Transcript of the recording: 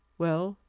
well,